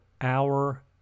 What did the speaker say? hour